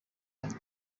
kandi